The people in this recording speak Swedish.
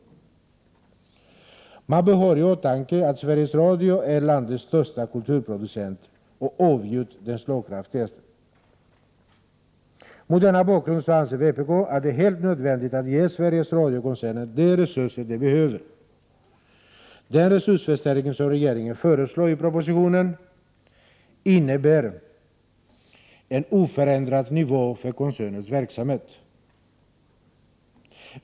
Man bör ha i åtanke att Sveriges Radio är landets största och avgjort slagkraftigaste kulturproducent. Mot denna bakgrund anser vpk att det är helt nödvändigt att ge Sveriges Radio-koncernen de resurser den behöver. Den resursförstärkning som regeringen föreslår i propositionen kommer att innebära en oförändrad nivå för koncernens verksamhet.